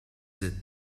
the